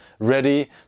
Ready